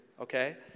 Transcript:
okay